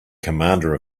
commander